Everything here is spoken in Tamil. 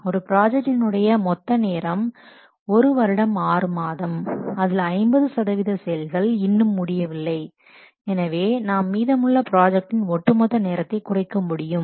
ஒரு ப்ராஜெக்டின் உடைய மொத்த நேரம் ஒரு வருடம் ஆறு மாதம் அதில் 50 சதவீத செயல்கள் இன்னும் முடியவில்லை எனவே நாம் மீதமுள்ள ப்ராஜெக்டின் ஒட்டுமொத்த நேரத்தை குறைக்க முடியும்